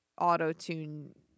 auto-tune